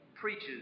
preaches